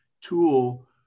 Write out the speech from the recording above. tool